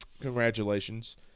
Congratulations